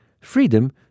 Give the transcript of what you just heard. freedom